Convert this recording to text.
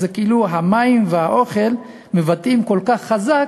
כאילו המים והאוכל מבטאים כל כך חזק,